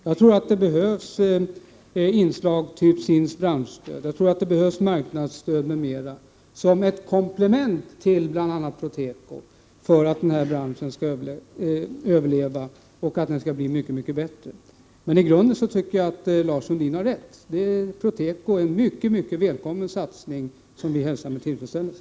Jag tror att det behövs inslag, t.ex. SIND:s branschprogram och marknadsstöd osv., som ett komplement till bl.a. Proteko och för att branschen skall kunna överleva och bli mycket bättre. Men i grunden tycker jag att Lars Sundin har rätt. Proteko är en mycket välkommen satsning som vi hälsar med tillfredsställelse.